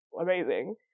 amazing